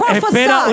espera